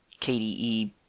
KDE